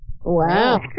Wow